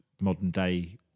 modern-day